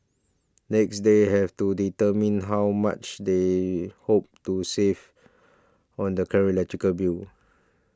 next they have to determine how much they hope to save on their current electricity bill